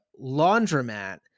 laundromat